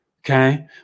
Okay